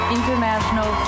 International